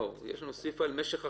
יש לנו סעיף על משך החקירה.